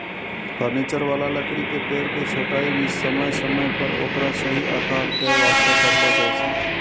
furniture वाला लकड़ी के पेड़ के छंटाई भी समय समय पर ओकरा सही आकार दै वास्तॅ करलो जाय छै